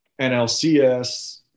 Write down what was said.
NLCS